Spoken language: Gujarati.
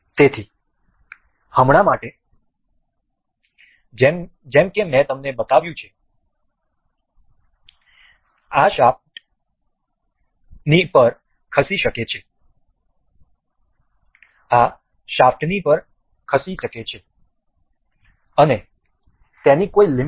તેથી હમણાં માટે જેમ કે મેં તમને બતાવ્યું છે આ શાફ્ટની પર ખસી શકે છે અને તેની કોઈ લિમિટ નથી